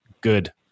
good